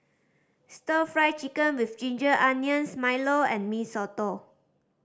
Stir Fry Chicken with ginger onions milo and Mee Soto